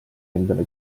endale